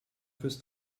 fürs